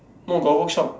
no got workshop